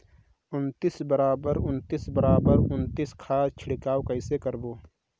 उन्नीस बराबर उन्नीस बराबर उन्नीस खाद छिड़काव कइसे करबो?